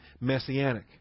messianic